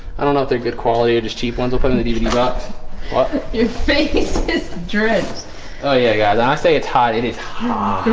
i don't know if they're good quality. i just cheap ones open and even the rocks. well your face it's dreads oh, yeah, guys i say it's hot it is hot